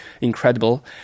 incredible